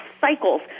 cycles